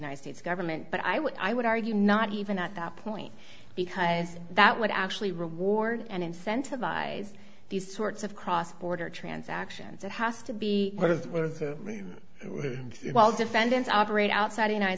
united states government but i would i would argue not even at that point because that would actually reward and incentivize these sorts of cross border transactions it has to be defendants operate outside the united